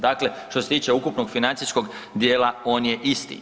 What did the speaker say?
Dakle, što se tiče ukupnog financijskog dijela on je isti.